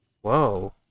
Whoa